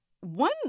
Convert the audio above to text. One